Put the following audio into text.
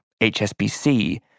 HSBC